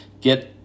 get